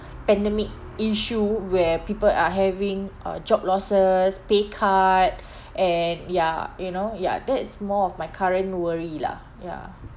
pandemic issue where people are having uh job losses pay cut and ya you know ya that's more of my current worry lah ya